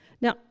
Now